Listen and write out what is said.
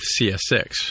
CS6